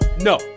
No